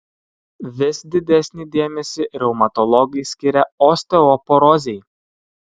vis didesnį dėmesį reumatologai skiria osteoporozei